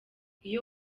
iyo